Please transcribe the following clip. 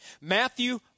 Matthew